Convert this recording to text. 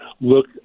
look